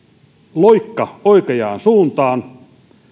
loikka oikeaan suuntaan